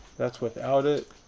that's without it,